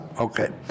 Okay